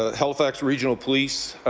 ah halifax regional police.